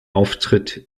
auftritt